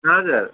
हजुर